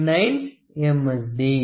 S